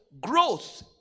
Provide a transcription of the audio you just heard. Growth